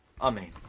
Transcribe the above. Amen